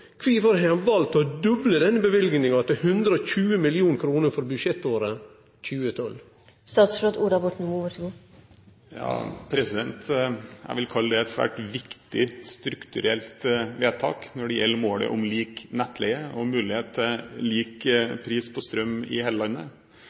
Kvifor har ein valt å doble denne løyvinga til 120 mill. kr for budsjettåret 2012? Jeg vil kalle det et svært viktig strukturelt vedtak når det gjelder målet om lik nettleie og mulighet til lik